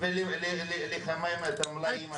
תלוי בכמה דברים.